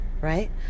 right